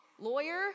Lawyer